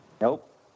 nope